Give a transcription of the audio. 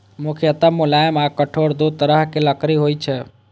मुख्यतः मुलायम आ कठोर दू तरहक लकड़ी होइ छै